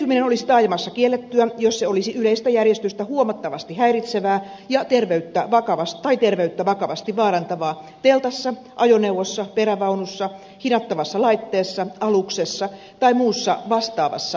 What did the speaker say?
leiriytyminen olisi taajamassa kiellettyä jos se olisi yleistä järjestystä huomattavasti häiritsevää tai terveyttä vakavasti vaarantavaa teltassa ajoneuvossa perävaunussa hinattavassa laitteessa aluksessa tai muussa vastaavassa asumuksessa